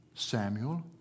Samuel